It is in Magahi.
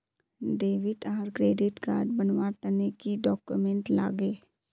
डेबिट आर क्रेडिट कार्ड बनवार तने की की डॉक्यूमेंट लागे?